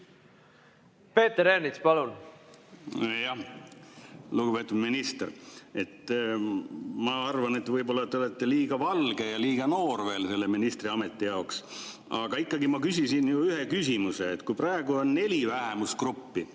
Peeter Ernits, palun! Lugupeetud minister! Ma arvan, et te võib-olla olete liiga valge ja liiga noor veel selle ministriameti jaoks. Aga ikkagi, ma küsisin ju ühe küsimuse, et kui praegu on neli vähemusgruppi